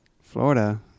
Florida